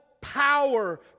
power